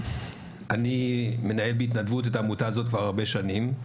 אני מנהל בהתנדבות את העמותה הזאת כבר הרבה שנים.